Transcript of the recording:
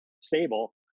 stable